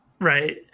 Right